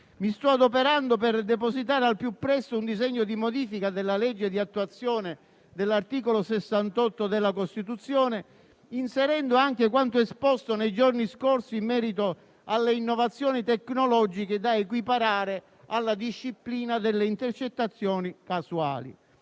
Mi sto adoperando per depositare al più presto un disegno di modifica della legge di attuazione dell'articolo 68 della Costituzione, inserendo anche quanto esposto nei giorni scorsi in merito alle innovazioni tecnologiche da equiparare alla disciplina delle intercettazioni casuali.